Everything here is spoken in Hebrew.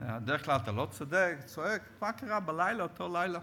בדרך כלל אתה לא צועק, מה קרה באותו לילה?